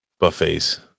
buffets